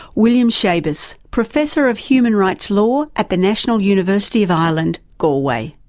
william schabas, professor of human rights law at the national university of ireland, galway.